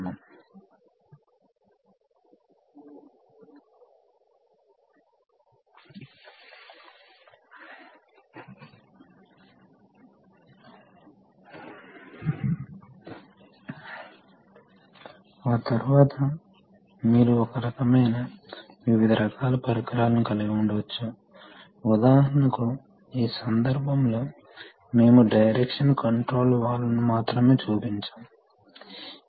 గమనించదగ్గ విషయం ఏమిటంటే మీరు దీన్ని తరలించడానికి కావలసిన ప్రెషర్ అంటే ఈ క్రాస్ సెక్షనల్ ఏరియా రెండు వైపులా భిన్నంగా ఉందని ప్రస్తావించాలనుకుంటున్నాము దీనిని సింగిల్ రాడ్ అంటారు అంటే లోడ్ అనుసంధానించబడిన రాడ్ ఒక వైపు మాత్రమే అనుసంధానించబడి ఉంటుంది